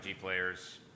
players